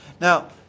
Now